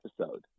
episode